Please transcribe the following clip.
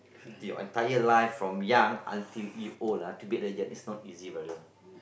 till your entire life from young until you old ah to be a legend it's not easy brother